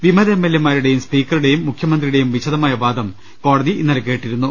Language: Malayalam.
വിമത എം എൽ എമാരുടെയും സ്പീക്കറുടെയും മുഖ്യമന്ത്രിയുടെയും വിശദമായ വാദം കോടതി ഇന്നലെ കേട്ടി രുന്നു